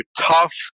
tough